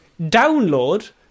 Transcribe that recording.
download